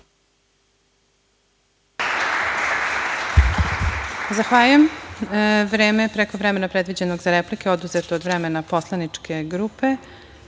Zahvaljujem. Vreme preko vremena predviđenog za repliku oduzeto od vremena poslaničke